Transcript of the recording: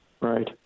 Right